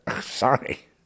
Sorry